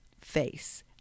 face